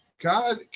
God